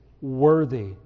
worthy